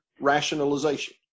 rationalization